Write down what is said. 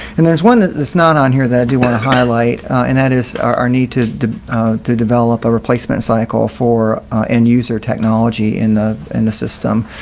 and there's one that is not on here that i do want to highlight. and that is our need to to develop a replacement cycle for end user technology in the in the system.